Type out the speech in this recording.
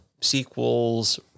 sequels